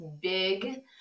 big